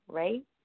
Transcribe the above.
right